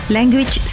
Language